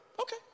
Okay